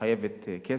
שחייבת כסף.